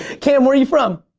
cam, where you from?